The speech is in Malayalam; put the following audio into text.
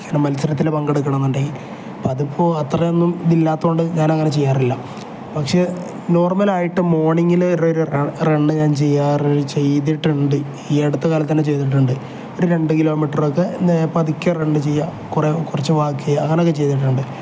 ഇങ്ങനെ മത്സരത്തിൽ പങ്കെടുക്കണം എന്നുണ്ടെങ്കിൽ അപ്പം അതിപ്പോൾ അത്രയൊന്നും ഇതില്ലാത്തത് കൊണ്ട് ഞാൻ അങ്ങനെ ചെയ്യാറില്ല പക്ഷേ നോർമൽ ആയിട്ട് മോർണിങ്ങിൽ റണ് ഞാൻ ചെയ്യാറ് ചെയ്തിട്ടുണ്ട് ഈ അടുത്ത കാലത്ത് തന്നെ ചെയ്തിട്ടുണ്ട് ഒരു രണ്ട് കിലോമീറ്റർ ഒക്കെ പതുക്കെ റണ് ചെയ്യാൻ കുറേ കുറച്ച് വാക്ക് അങ്ങനെയൊക്കെ ചെയ്തിട്ടുണ്ട്